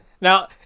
Now